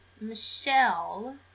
Michelle